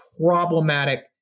problematic